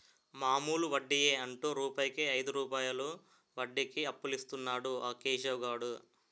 మామూలు వడ్డియే అంటు రూపాయికు ఐదు రూపాయలు వడ్డీకి అప్పులిస్తన్నాడు ఆ కేశవ్ గాడు